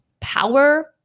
power